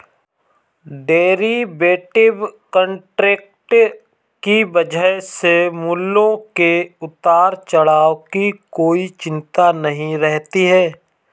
derivative contract की वजह से मूल्यों के उतार चढ़ाव की कोई चिंता नहीं रहती है